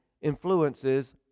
influences